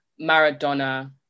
Maradona